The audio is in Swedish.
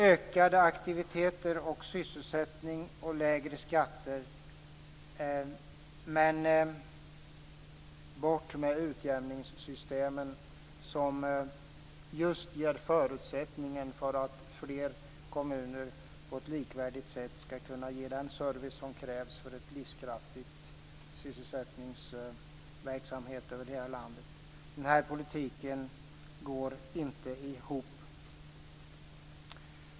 Ökade aktiviteter och sysselsättning och lägre skatter, men bort med utjämningssystemen, som just ger förutsättningen för att fler kommuner på ett likvärdigt sätt skall kunna ge den service som krävs för en livskraftig sysselsättningsverksamhet över hela landet. Den här politiken går inte ihop.